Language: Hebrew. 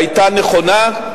היתה נכונה,